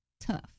tough